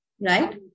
Right